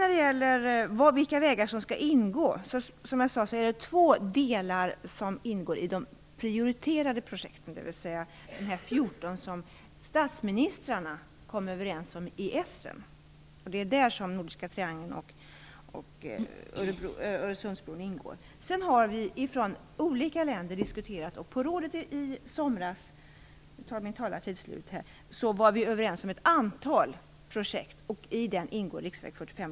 När det sedan gäller vilka vägar som skall ingå är det, som jag sade, två delar som ingår i de prioriterade projekten, dvs. de 14 projekt som statsministrarna kom överens om i Essen. Det är däri den nordiska triangeln och Öresundsbron ingår. Sedan har vi från olika länder fört diskussioner, och på rådet i somras var vi överens om ett antal projekt. Där ingår riksväg 45.